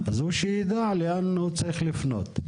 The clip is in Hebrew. שהוא ידע לאן הוא צריך לפנות.